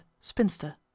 Spinster